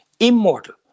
Immortal